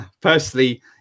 personally